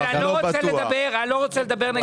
מיכל, אני לא רוצה לדבר נגד אף אחד.